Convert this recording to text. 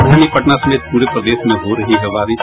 राजधानी पटना समेत पूरे प्रदेश में हो रही है बारिश